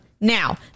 Now